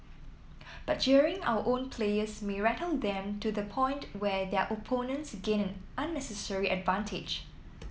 but jeering our own players may rattle them to the point where their opponents gain an unnecessary advantage